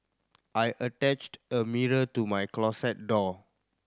I attached a mirror to my closet door